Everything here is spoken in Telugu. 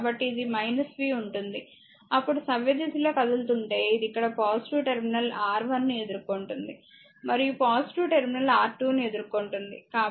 కాబట్టి ఇది v ఉంటుంది అప్పుడు సవ్యదిశలో కదులుతుంటే ఇది ఇక్కడ టెర్మినల్ R1 ను ఎదుర్కొంటుంది మరియు టెర్మినల్ R2 ను ఎదుర్కొంటుంది